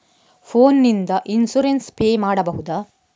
Phone ನಿಂದ insurance pay ಮಾಡಬಹುದ?